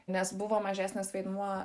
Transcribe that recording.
nes buvo mažesnis vaidmuo